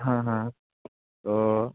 হ্যাঁ হ্যাঁ তো